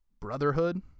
Brotherhood